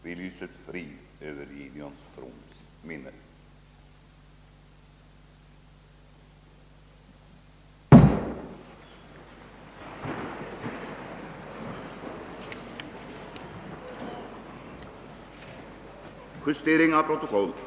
Vi lyser frid över Gideon Froms minne.